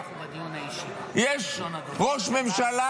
יש ראש ממשלה,